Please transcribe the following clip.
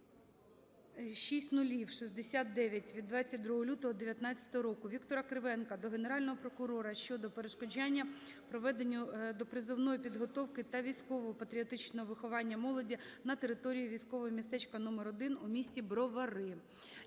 від 22 лютого 2019 року. Віктора Кривенка до Генерального прокурора щодо перешкоджання проведенню допризовної підготовки та військово-патріотичного виховання молоді на території військового містечка №1 у місті Бровари.